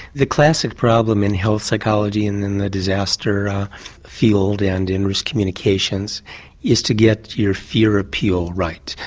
the classic problem in health psychology and in the disaster field and in risk communications is to get your fear appeal right,